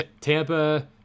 Tampa